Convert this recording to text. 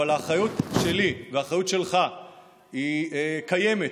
אבל האחריות שלי והאחריות שלך היא קיימת.